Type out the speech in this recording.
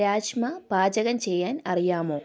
രാജ്മ പാചകം ചെയ്യാൻ അറിയാമോ